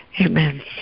Amen